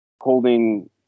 holding